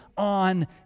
on